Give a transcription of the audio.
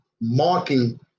marking